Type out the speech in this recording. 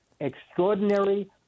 extraordinary